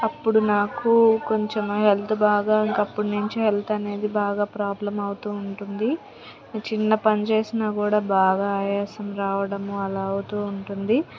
అప్పుడు నాకు కొంచెం హెల్త్ బాగా ఇంక అప్పుడు నుంచి హెల్త్ అనేది బాగా ప్రాబ్లం అవుతూ ఉంటుంది చిన్న పని చేసినా కూడా బాగా ఆయాసం రావడం అలా అవుతూ ఉంటుంది